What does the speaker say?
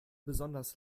besonders